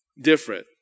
different